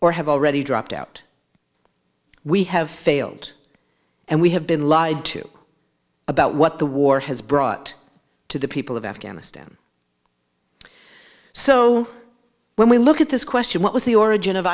or have already dropped out we have failed and we have been lied to about what the war has brought to the people of afghanistan so when we look at this question what was the origin of